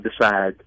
decide –